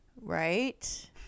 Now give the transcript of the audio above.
Right